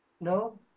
No